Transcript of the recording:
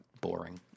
boring